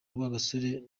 rwagasore